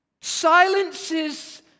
silences